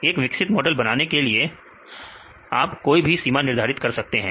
एक विकसित मॉडल बनाने के लिए आप कोई भी सीमा निर्धारित कर सकते हैं